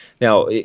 Now